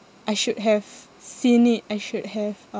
I should have seen it I should have